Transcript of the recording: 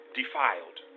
defiled